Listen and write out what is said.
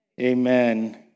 amen